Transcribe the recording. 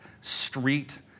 street